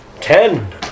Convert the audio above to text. ten